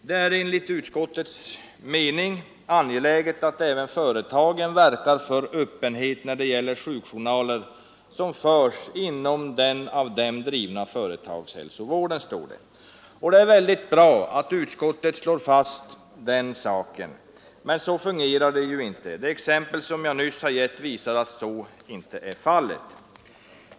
Det är enligt utskottets mening angeläget att även företagen verkar för öppenhet när det gäller sjukjournaler som förs inom den av dem drivna företagshälsovården, står det. Det är bra att utskottet slår fast detta, men så fungerar det tydligen inte. Det exempel jag nyss har gett visar att så inte är fallet.